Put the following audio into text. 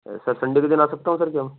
سر Sunday کے دن آ سکتا ہوں سر کیا